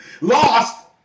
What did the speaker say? lost